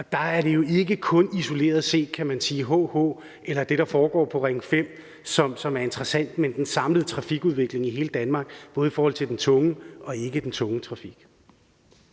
Det er jo ikke kun isoleret set HH-forbindelsen eller det, der foregår på Ring 5, som er interessant, men den samlede trafikudvikling i hele Danmark, både i forhold til den tunge og den ikketunge trafik.